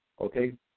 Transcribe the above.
okay